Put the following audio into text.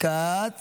כץ